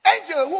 Angel